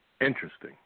Interesting